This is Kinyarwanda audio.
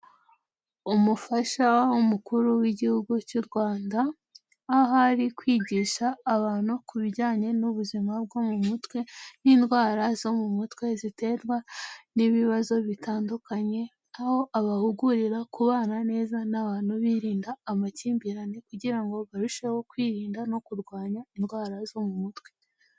Umufasha w'umukuru w'Igihugu cy'u Rwanda, aho ari kwigisha abantu ku bijyanye n'ubuzima bwo mu mutwe n'indwara zo mu mutwe ziterwa n'ibibazo bitandukanye, aho abahugurira kubana neza n'abantu, birinda amakimbirane kugira ngo barusheho kwirinda no kurwanya indwara zo mu mutwe.